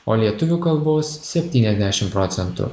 o lietuvių kalbos septyniasdešimt procentų